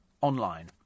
online